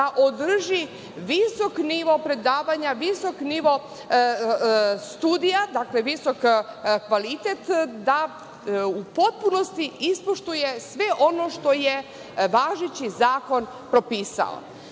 da održi visok nivo predavanja, visok nivo studija, visok kvalitet da u potpunosti ispoštuje sve ono što je važeći zakon propisao. Iz